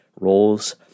roles